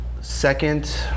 Second